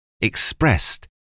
expressed